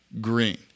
Green